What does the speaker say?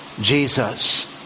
Jesus